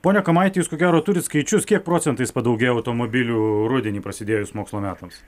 pone kamaiti jūs ko gero turit skaičius kiek procentais padaugėjo automobilių rudenį prasidėjus mokslo metams